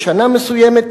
בשנה מסוימת,